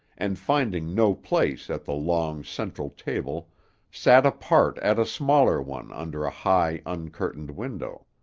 and finding no place at the long, central table sat apart at a smaller one under a high, uncurtained window.